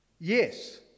yes